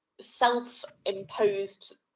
self-imposed